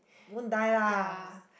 won't die lah ah